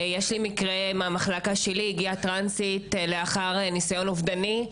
הגיעה טרנסית למחלקה שלי לאחר ניסיון אובדני,